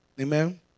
Amen